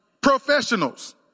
professionals